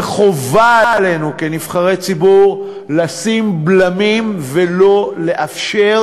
וחובה עלינו כנבחרי ציבור לשים בלמים ולא לאפשר